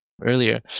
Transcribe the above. earlier